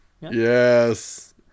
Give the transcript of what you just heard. Yes